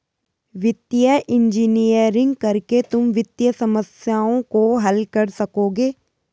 वित्तीय इंजीनियरिंग करके तुम वित्तीय समस्याओं को हल कर सकोगे